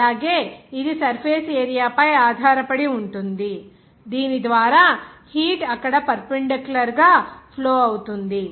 అలాగే ఇది surface area పై ఆధారపడి ఉంటుంది దీని ద్వారా హీట్ అక్కడ పర్పెండిక్యులర్ గా ఫ్లో అవుతుంది